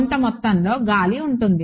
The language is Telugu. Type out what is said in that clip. కొంత మొత్తంలో గాలి ఉంటుంది